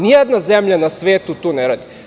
Nijedna zemlja na svetu to ne radi.